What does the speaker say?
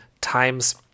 times